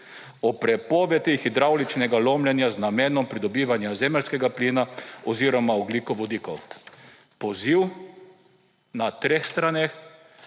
o prepovedi hidravličnega lomljenja z namenom pridobivanja zemeljskega plina oziroma ogljikovodikov. Poziv na treh straneh,